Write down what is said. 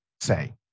say